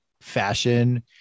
fashion